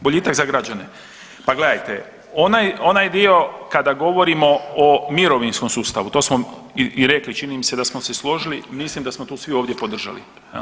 Boljitak za? [[Upadica: Boljitak za građane.]] Pa gledajte onaj dio kada govorimo o mirovinskom sustavu to smo i rekli, čini mi se da smo se složili, mislim da smo tu svi ovdje podržali.